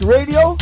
Radio